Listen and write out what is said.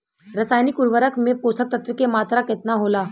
रसायनिक उर्वरक मे पोषक तत्व के मात्रा केतना होला?